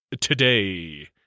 today